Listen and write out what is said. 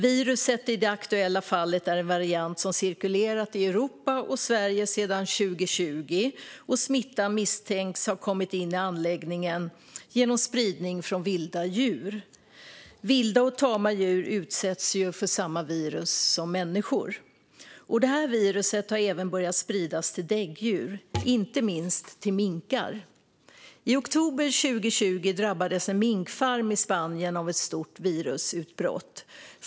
Viruset i det aktuella fallet är en variant som har cirkulerat i Europa och Sverige sedan 2020, och smittan misstänks ha kommit in i anläggningen via spridning från vilda djur. Vilda och tama djur utsätts ju för samma virus som människor. Detta virus har börjat spridas även till däggdjur - inte minst till minkar. I oktober 2020 drabbades en minkfarm i Spanien av ett stort virusutbrott.